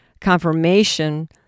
confirmation